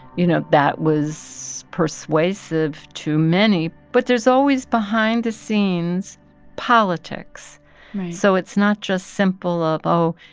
you know, that was persuasive to many. but there's always behind-the-scenes politics right so it's not just simple of, oh,